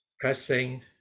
Pressing